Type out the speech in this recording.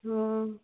हँ